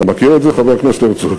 אתה מכיר את זה, חבר הכנסת הרצוג?